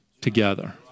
together